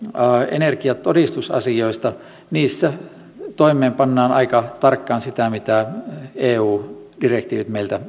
energiatodistusasioista niissä toimeenpannaan aika tarkkaan sitä mitä eu direktiivit meiltä